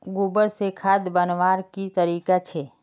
गोबर से खाद बनवार की तरीका छे?